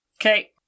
Okay